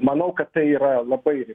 manau kad tai yra labai